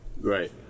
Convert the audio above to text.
Right